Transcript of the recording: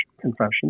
Confession